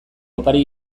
opari